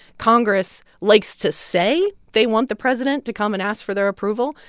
congress likes to say they want the president to come and ask for their approval,